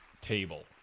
Table